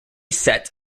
sets